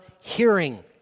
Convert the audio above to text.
hearing